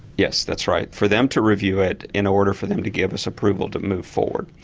yes, that's right, for them to review it in order for them to give us approval to move forward.